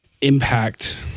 impact